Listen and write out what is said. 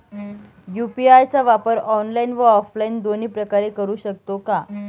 UPI चा वापर online व ऑफलाईन दोन्ही प्रकारे करु शकतो का?